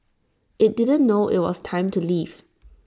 IT didn't know IT was time to leave